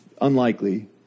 unlikely